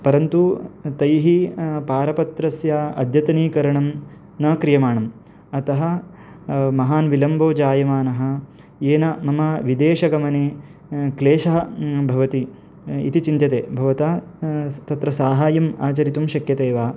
परन्तु तैः पारपत्रस्य अद्यतनीकरणं न क्रियमाणम् अतः महान् विलम्बः जायमानः येन मम विदेशगमने क्लेशः भवति इति चिन्त्यते भवता सः तत्र सहायम् आचरितुं शक्यते वा